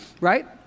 right